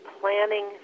planning